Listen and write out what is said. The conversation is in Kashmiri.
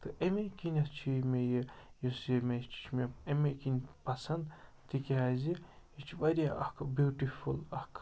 تہٕ أمی کِنٮ۪تھ چھِ یہِ مےٚ یہِ یُس یہِ مےٚ چھِ مےٚ اَمے کِنۍ پَسَنٛد تِکیٛازِ یہِ چھُ وارِیاہ اَکھ بیوٗٹِفُل اَکھ